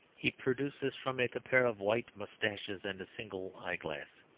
he produces from it a pair of white moustaches and a single eyeglass,